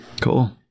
Cool